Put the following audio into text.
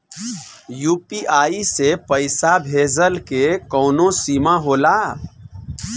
UPI से पईसा भेजल के कौनो सीमा होला?